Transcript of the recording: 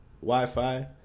Wi-Fi